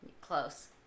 close